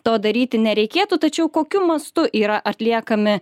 to daryti nereikėtų tačiau kokiu mastu yra atliekami